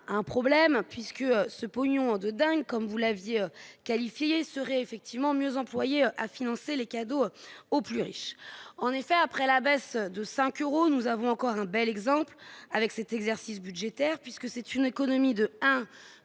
un problème puisque ce pognon de dingue comme vous l'aviez qualifié serait effectivement mieux employé à financer les cadeaux aux plus riches, en effet, après la baisse de 5 euros, nous avons encore un bel exemple avec cet exercice budgétaire puisque c'est une économie de